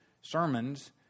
sermons